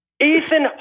Ethan